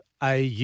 au